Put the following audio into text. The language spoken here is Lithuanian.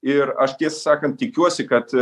ir aš tiesą sakant tikiuosi kad